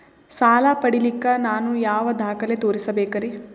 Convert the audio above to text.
ಸಾಲ ಪಡಿಲಿಕ್ಕ ನಾನು ಯಾವ ದಾಖಲೆ ತೋರಿಸಬೇಕರಿ?